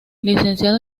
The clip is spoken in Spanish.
licenciado